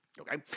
Okay